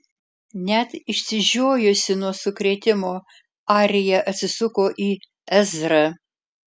net išsižiojusi nuo sukrėtimo arija atsisuko į ezrą